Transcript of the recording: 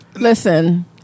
Listen